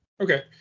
Okay